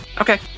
okay